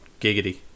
Giggity